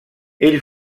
ell